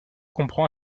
comprend